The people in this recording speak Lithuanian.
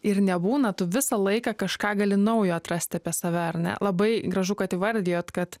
ir nebūna tu visą laiką kažką gali naujo atrasti apie save ar ne labai gražu kad įvardijot kad